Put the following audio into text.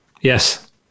Yes